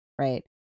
right